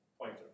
pointer